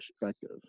perspective